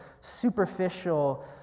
superficial